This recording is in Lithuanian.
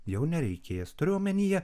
jau nereikės turiu omenyje